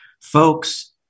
Folks